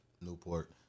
Newport